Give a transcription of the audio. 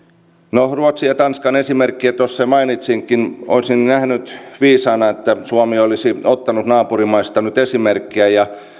no ruotsin ja tanskan esimerkkiä tuossa jo mainitsinkin olisin nähnyt viisaana että suomi olisi ottanut naapurimaista nyt esimerkkiä ja